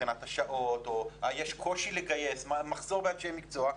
בשעות או אם יש קושי לגייס אנשי מקצוע,